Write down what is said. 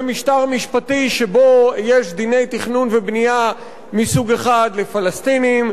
ומשטר משפטי שבו יש דיני תכנון ובנייה מסוג אחד לפלסטינים,